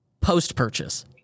post-purchase